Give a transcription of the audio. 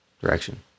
direction